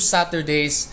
Saturdays